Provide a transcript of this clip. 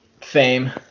Fame